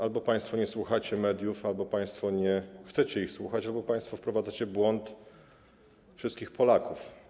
Albo państwo nie słuchacie mediów, albo państwo nie chcecie ich słuchać, albo państwo wprowadzacie w błąd wszystkich Polaków.